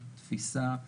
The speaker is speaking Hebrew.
תפיסה,